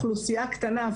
אוכלוסייה קטנה,